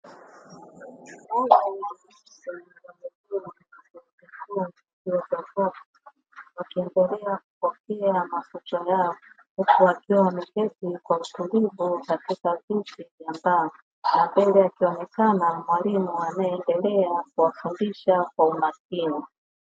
Wanafunzi wa chuo wameketi katika viti vilivyotengenezwa kwa mbao na chuma, wameketi katika darasa wakipokea mafunzo kutoka kwa mwalimu aliyepo mbele, ambapo anawafundisha kwa kutumia teknolojia ya projecta kwa kuwaonesha kitu ambacho anawafundisha, huku mkononi akiwa ameshikilia chupa ya maji.